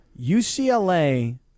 UCLA